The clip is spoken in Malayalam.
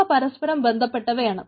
അവ പരസ്പരം ബന്ധപ്പെട്ടവയാണ്